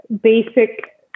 basic